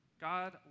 God